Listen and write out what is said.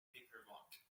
paperwork